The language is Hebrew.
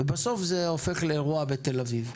ובסוף זה הופך לאירוע בתל אביב.